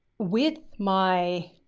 with my,